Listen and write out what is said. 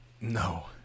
no